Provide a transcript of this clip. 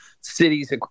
cities